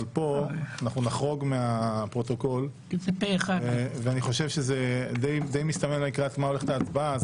נחרוג מהפרוטוקול כי זה די מסתמן לקראת מה הולכת ההצבעה.